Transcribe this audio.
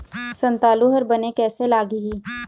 संतालु हर बने कैसे लागिही?